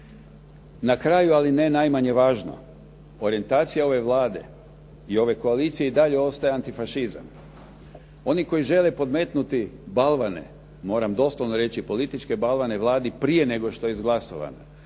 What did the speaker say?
Na kraju, ali ne najmanje važno, orijentacija ove Vlade i ove koalicije i dalje ostaje antifašizam. Oni koji žele podmetnuti balvane, moram doslovno reći političke balvane Vladi prije nego što je izglasana,